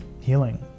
healing